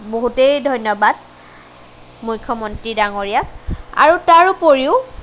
বহুতেই ধন্যবাদ মুখ্যমন্ত্ৰী ডাঙৰীয়াক আৰু তাৰ উপৰিও